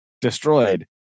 destroyed